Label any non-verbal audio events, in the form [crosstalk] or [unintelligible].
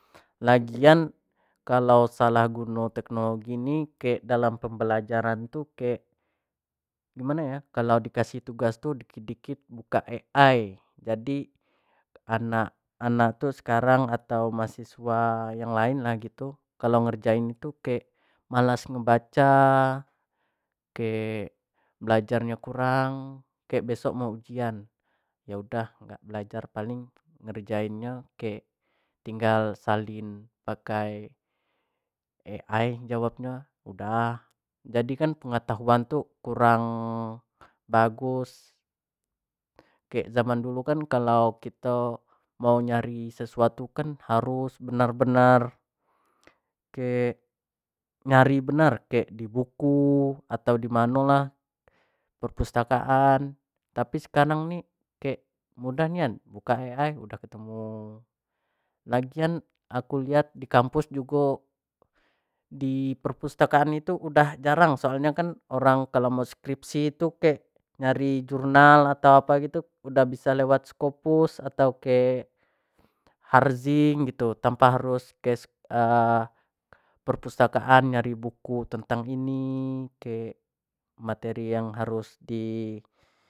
Lagian kalau salah guno teknologi ini ke dalam pembelajaran tuh ke gimana ya kalau dikasih tugas tuh dikit- dikit buka ai jadi anak- anak tuh sekarang atau mahasiswa yang lain lagi tuh kalau ngerjain itu kek malas membaca oke belajarnya kurang kayak besok mau ujian ya udah nggak belajar paling ngerjainnya tinggal salin pakai ai jawabnya udah jadi kan pengetahuan tuh kurang bagus kayak zaman dulu kan kalau kita mau nyari sesuatu kan harus benar- benar oke nyari bener kek di buku atau di mana lah perpustakaan tapi sekarang nih kayak mudah nian udah ketemu lagian aku lihat di kampus juga di perpustakaan itu udah jarang soalnya kan orang kalau mau skripsi itu kek dari jurnal atau apa gitu udah bisa lewat scopus atau ke harzing gitu tanpa harus perpustakaan nyari buku tentang ini kek materi yang harus [unintelligible]